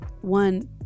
One